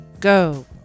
Go